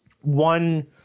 one